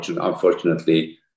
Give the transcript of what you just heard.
Unfortunately